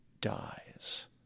dies